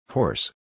Horse